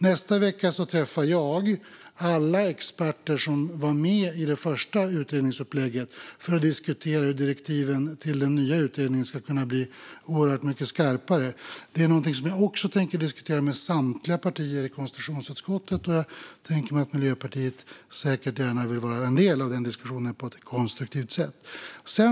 Nästa vecka träffar jag alla experter som var med i det första utredningsupplägget för att diskutera hur direktiven till den nya utredningen ska kunna bli oerhört mycket skarpare. Det är någonting som jag också tänker diskutera med samtliga partier i konstitutionsutskottet. Jag tänker mig att Miljöpartiet säkert gärna vill vara en del av den diskussionen på ett konstruktivt sätt.